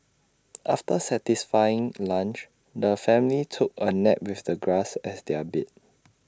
after satisfying lunch the family took A nap with the grass as their bed